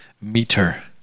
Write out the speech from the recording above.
meter